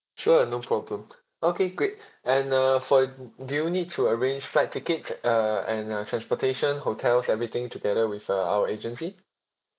sure no problem okay great and uh for you do you need to arrange flight tickets uh and uh transportation hotels everything together with uh our agency